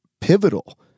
pivotal